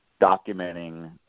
documenting